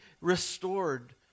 restored